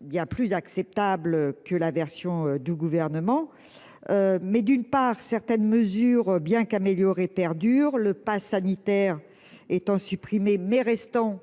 bien plus acceptable que la version du gouvernement mais d'une part, certaines mesures bien qu'améliorée perdure le passe sanitaire étant supprimé mais restant